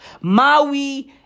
Maui